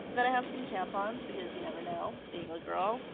then i have some tampons because you never know, being a girl.